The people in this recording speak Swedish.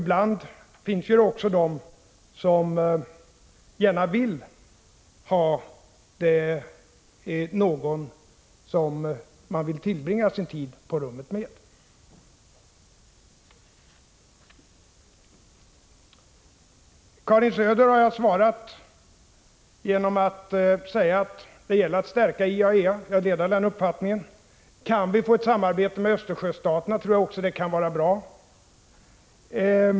Det finns ju också de som gärna vill tillbringa sin tid på rummet tillsammans med någon annan. Karin Söder har jag svarat genom att säga att det gäller att stärka IAEA — jag delar den uppfattningen. Kan vi få till stånd ett samarbete med Östersjöstaterna tror jag det kan vara bra.